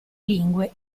lingue